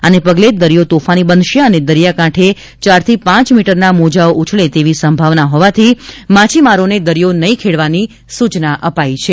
આના પગલે દરિયો તોફાની બનશે અને દરિયા કાંઠે ચારથી પાંચ મીટરના મોજાઓ ઉછળે તેવી સંભાવના હોવાથી માછીમારોને દરિયો નહીં ખેડવાની સૂચના અપાઈ છે